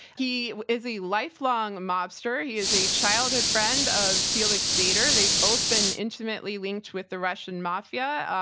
he is a lifelong mobster. he is a childhood friend of felix sader. they've both been intimately linked with the russian mafia,